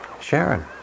Sharon